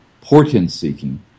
portent-seeking